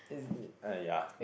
it's uh yeah